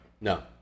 No